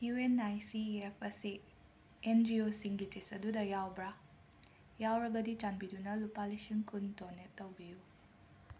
U N I C E F ꯑꯁꯤ N G O ꯁꯤꯡꯒꯤ ꯂꯤꯁ ꯑꯗꯨꯗ ꯌꯥꯎꯕ꯭ꯔꯥ ꯌꯥꯎꯔꯕꯗꯤ ꯆꯥꯟꯕꯤꯗꯨꯅ ꯂꯨꯄꯥ ꯂꯤꯁꯤꯡ ꯀꯨꯟ ꯗꯣꯅꯦꯠ ꯇꯧꯕꯤꯌꯨ